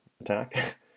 attack